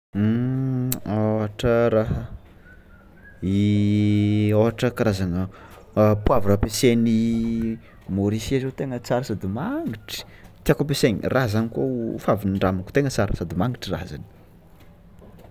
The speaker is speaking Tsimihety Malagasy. Ohatra raha i ôhatra karazana poivre ampiasan'ny Maorisien io zao tengna tsara sady mangitra tiako ampiasaingna raha zany kô efa avy nandramiko tegna tsara sady mangitra raha zany.